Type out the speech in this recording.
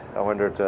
i wondered